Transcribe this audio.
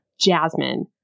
Jasmine